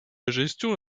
gestion